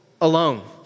alone